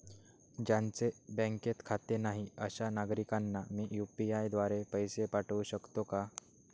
ज्यांचे बँकेत खाते नाही अशा नागरीकांना मी यू.पी.आय द्वारे पैसे पाठवू शकतो का?